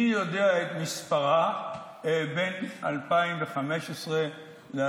מי יודע את מספרה, בין 2015 ל-2019.